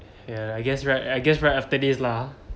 ya I guess right I guess right after this lah